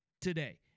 today